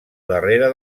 darrere